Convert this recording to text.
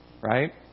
Right